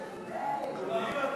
הכנסת יעקב